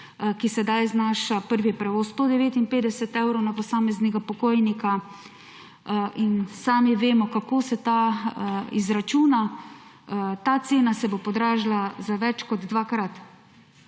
ki zdaj znaša prvi prevoz 159 evrov na posameznega pokojnika. In sami vemo, kako se ta izračuna. Ta cena se bo podražila za več kot dvakrat.